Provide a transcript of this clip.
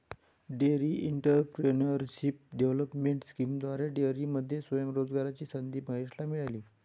dairy entrepreneurship development स्कीमद्वारे डेअरीमध्ये स्वयं रोजगाराची संधी महेशला मिळाली